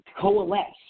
coalesce